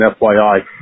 FYI